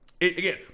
Again